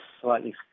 slightly